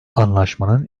anlaşmanın